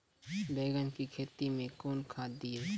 बैंगन की खेती मैं कौन खाद दिए?